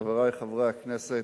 תודה לך, חברי חברי הכנסת,